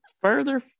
further